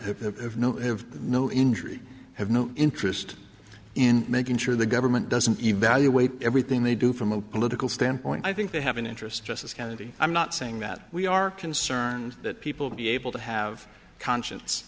of no have no injury have no interest in making sure the government doesn't evaluate everything they do from a political standpoint i think they have an interest justice kennedy i'm not saying that we are concerned that people be able to have conscience